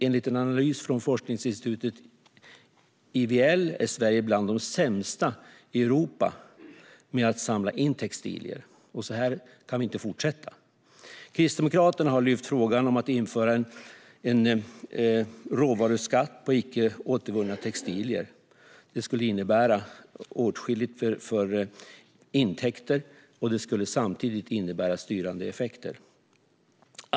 Enligt en analys från forskningsinstitutet IVL är Sverige bland de sämsta i Europa på att samla in textilier. Så kan vi inte fortsätta. Kristdemokraterna har lyft frågan om att införa en råvaruskatt på icke återvunna textilier. Det skulle innebära åtskilliga intäkter, och det skulle samtidigt innebära styrande effekter.